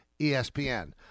ESPN